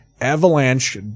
Avalanche